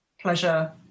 pleasure